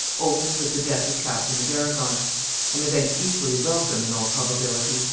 opened with the death of catherine of arragon an event equally welcome, in all probability,